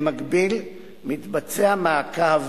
במקביל, מתבצע מעקב